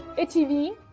a tv,